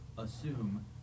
assume